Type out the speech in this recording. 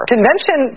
Convention